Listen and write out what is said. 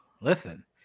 Listen